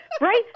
Right